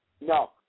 No